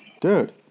Dude